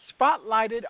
spotlighted